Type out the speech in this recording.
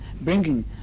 bringing